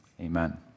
Amen